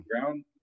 ground